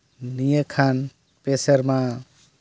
ᱱᱤᱭᱟᱹ ᱠᱷᱚᱱ ᱯᱮ ᱥᱮᱨᱢᱟ